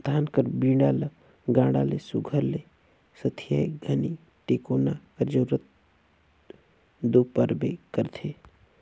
धान कर बीड़ा ल गाड़ा मे सुग्घर ले सथियाए घनी टेकोना कर जरूरत दो परबे करथे